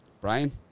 Brian